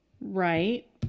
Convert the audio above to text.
Right